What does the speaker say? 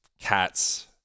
cats